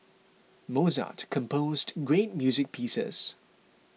Mozart composed great music pieces